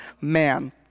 man